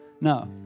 no